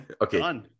okay